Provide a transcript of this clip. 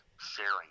sharing